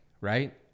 right